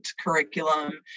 curriculum